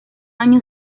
año